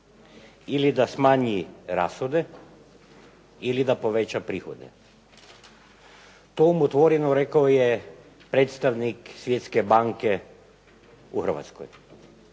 ili da smanji rashode ili da poveća prihode. Tu umotvorinu rekao je predstavnik Svjetske banke u Hrvatskoj.